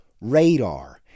radar